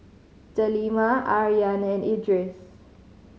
Delima Aryan and Idris